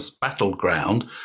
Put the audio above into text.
battleground